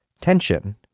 tension